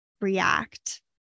react